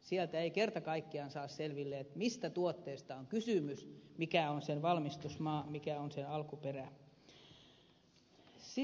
sieltä ei kerta kaikkiaan saa selville mistä tuotteesta on kysymys mikä on sen valmistusmaa mikä on se alkuperä